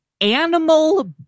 animal